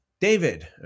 David